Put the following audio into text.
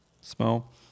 Smell